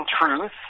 truth